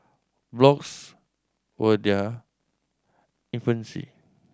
blogs were their infancy